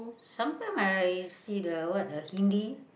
sometime I see the what uh Hindi